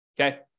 okay